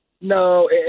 No